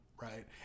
right